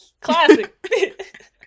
classic